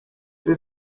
they